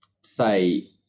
say